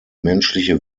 menschliche